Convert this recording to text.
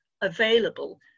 available